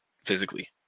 physically